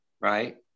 Right